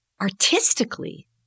Artistically